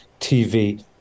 TV